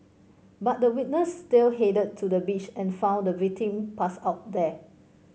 but the witness still headed to the beach and found the victim passed out there